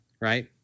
Right